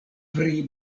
pri